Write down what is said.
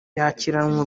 yakiranywe